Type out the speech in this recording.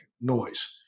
noise